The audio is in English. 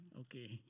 Okay